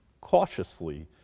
cautiously